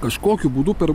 kažkokiu būdu per